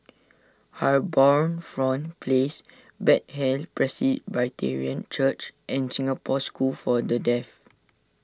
HarbourFront Place Bethel Presbyterian Church and Singapore School for the Deaf